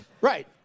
Right